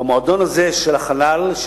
במועדון הזה של החלל,